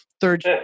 third